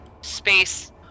space